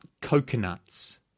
coconuts